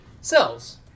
cells